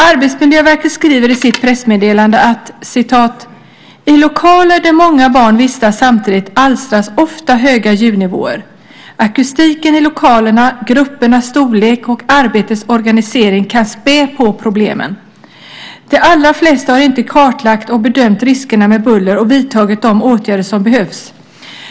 Arbetsmiljöverket skriver i sitt pressmeddelande: "I lokaler där många barn vistas samtidigt alstras ofta höga ljudnivåer. Akustiken i lokalerna, gruppernas storlek och arbetets organisering kan spä på problemen. De allra flesta har inte kartlagt och bedömt riskerna med buller och vidtagit de åtgärder som behövs.